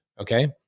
Okay